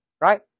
right